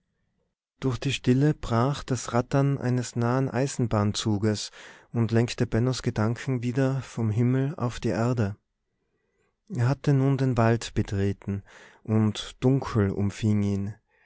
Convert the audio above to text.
durch die stille brach das rattern eines nahen eisenbahnzuges und lenkte bennos gedanken wieder vom himmel auf die erde er hatte nun den wald betreten und dunkel umfing ihn